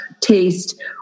taste